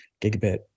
gigabit